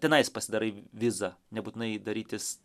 tenais pasidarai vizą nebūtinai darytis